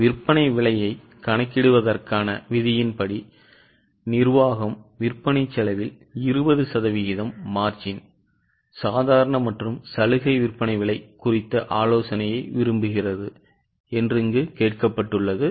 விற்பனை விலையை கணக்கிடுவதற்கான விதியின் படி நிர்வாகம் விற்பனை செலவில் 20 சதவிகிதம் margin சாதாரண மற்றும் சலுகை விற்பனை விலை குறித்த ஆலோசனையை விரும்புகிறது என்று கொடுக்கப்பட்டுள்ளது